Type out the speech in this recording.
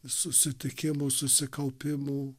susitikimų susikaupimų